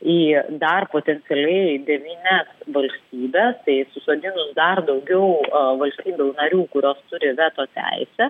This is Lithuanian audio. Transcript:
į dar potencialiai devynias valstybes tai susodinus dar daugiau valstybių narių kurios turi veto teisę